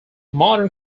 modern